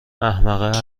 احمقه